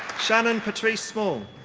shannon-patrice small.